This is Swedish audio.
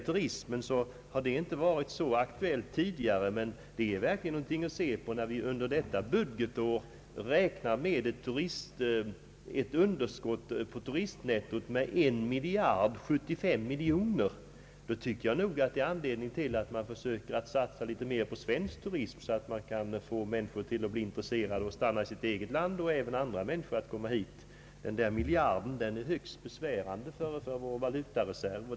Turismen har inte varit så aktuell tidigare, men det är verkligen någonting att ta i beaktande, när vi under detta budgetår räknar med ett underskott på turistnettot med 1075 miljoner kronor. Jag tycker nog det finns anledning att satsa mer på svensk turism, så att man kan få svenskarna intresserade av att stanna i sitt eget land och andra människor intresserade av att komma hit. Den där miljarden är högst besvärande för vår valutareserv.